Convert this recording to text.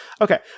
Okay